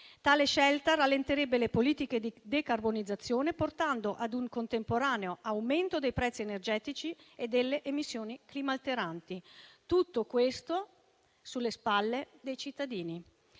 Tale scelta rallenterebbe le politiche di decarbonizzazione, portando ad un contemporaneo aumento dei prezzi energetici e delle emissioni climateranti. Tutto questo sulle spalle dei cittadini.